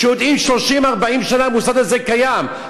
כשיודעים ש-30 40 שנה המוסד הזה קיים,